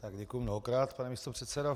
Tak děkuji mnohokrát, pane místopředsedo.